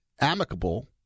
amicable